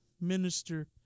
minister